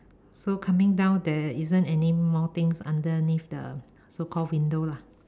so coming down there isn't anymore things underneath the so-called window lah